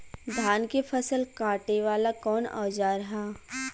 धान के फसल कांटे वाला कवन औजार ह?